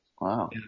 Wow